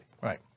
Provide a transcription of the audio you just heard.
right